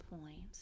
point